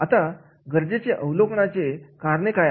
आता गरजेचे अवलोकन नाचे कारणे काय आहेत